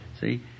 see